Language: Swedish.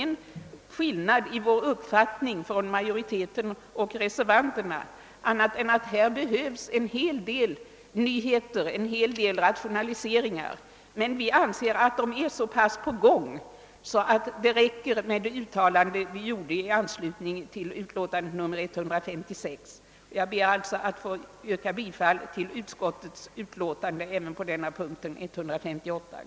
Det föreligger alltså inte någon skiljaktighet mellan utskottsmajoriteten och reservanterna i fråga om behovet av nyheter och rationaliseringar, men vi anser att så pass mycket arbete är på gång i denna fråga att det uttalande, som vi gjorde i anslutning till statsutskottets utlåtande nr 156, är tillräckligt. Jag ber att få yrka bifall till utskottets hemställan även i förevarande utlåtande.